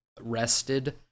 rested